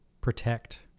protect